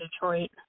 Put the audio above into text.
Detroit